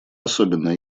особенно